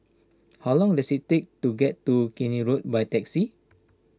how long does it take to get to Keene Road by taxi